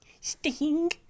Sting